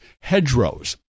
hedgerows